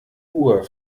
uhr